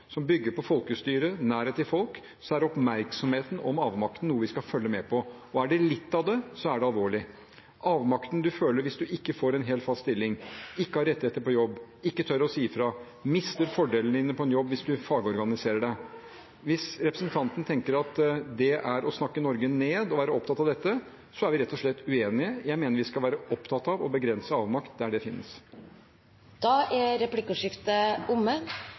som bygger på folkestyre og nærhet til folk, er oppmerksomheten om avmakten noe vi skal følge med på – og er det litt av det, er det alvorlig. Avmakten man føler hvis man ikke får en helt fast stilling, ikke har rettigheter på jobb, ikke tør å si fra, mister fordelene sine i en jobb hvis man fagorganiserer seg: Hvis representanten tenker at det er å snakke Norge ned å være opptatt av dette, er vi rett og slett uenige. Jeg mener vi skal være opptatt av å begrense avmakt der det finnes. Replikkordskiftet er omme.